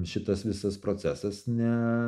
šitas visas procesas ne